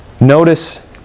Notice